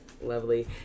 lovely